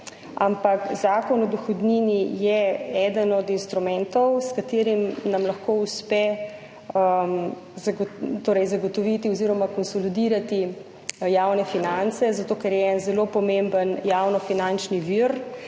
zakon o dohodnini je eden od instrumentov, s katerim nam lahko uspe zagotoviti oziroma konsolidirati javne finance, zato ker je en zelo pomemben javnofinančni vir.